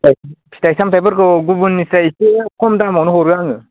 फिथाइ फिथाइ सामथाइफोरखौ गुबुननिसाइ एसे खम दामावनो हरो आङो